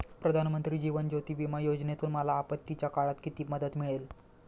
प्रधानमंत्री जीवन ज्योती विमा योजनेतून मला आपत्तीच्या काळात किती मदत मिळेल?